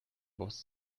was